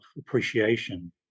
appreciation